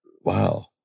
wow